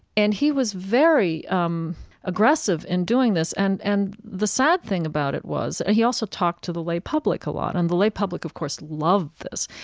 and he was very um aggressive in doing this. and and the sad thing about it was, he also talked to the lay public a lot, and the lay public, of course, loved this.